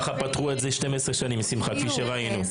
ככה פתרו את זה 12 שנים, שמחה, כפי שראינו.